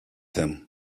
him